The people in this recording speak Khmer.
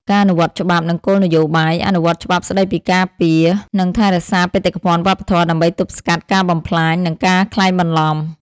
ការអនុវត្តច្បាប់ និងគោលនយោបាយ អនុវត្តច្បាប់ស្តីពីការពារ និងថែរក្សាបេតិកភណ្ឌវប្បធម៌ ដើម្បីទប់ស្កាត់ការបំផ្លាញ និងការក្លែងបន្លំ។